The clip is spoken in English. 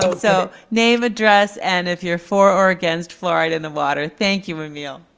so so name, address and if you're for or against fluoride in the water. thank you, emile.